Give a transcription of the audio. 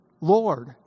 Lord